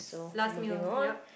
last meal yep